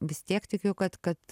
vis tiek tikiu kad kad